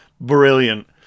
Brilliant